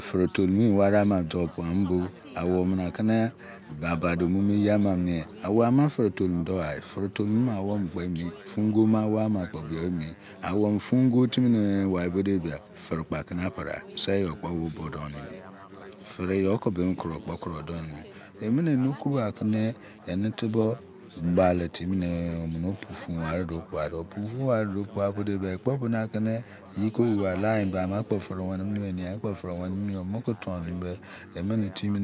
Fre tolumuiyu wari ama dou mia mo bo aneomene akene abodiimoe meyi ama mie aui ama fre toluemu do hai fre tohemu awakpo emi fun tra wemie awoama kpe beyo emi awo mene fungo timi ne wai bo debia fre kpo akena pre gha biseyo kpo owo bodomimi gre yo ke bemi kuro kpo kuo die nimi emene enetuso gbein timi neeh omene opu sun weari duo pua dor opudun wari duo pua dor opudun wari duo pua bodi be ekpo na kene eyi ko oruro alum embama kpo fre mueni mudi eni ya kpo fre weni mudi mu ke tonimi be emene timi